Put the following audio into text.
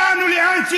אדוני, הוא מפריע לי.